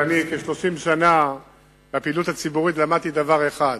אני בכ-30 שנה בפעילות הציבורית למדתי דבר אחד: